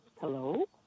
Hello